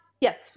Yes